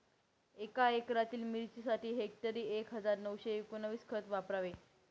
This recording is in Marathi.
एका एकरातील मिरचीसाठी हेक्टरी एक हजार नऊशे एकोणवीस खत वापरावे